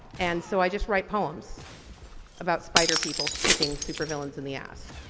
and so, i just write poems about spider people kicking super-villains in the ass.